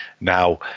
now